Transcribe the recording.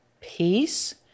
peace